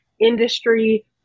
industry